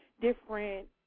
different –